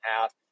half